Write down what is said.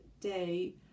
day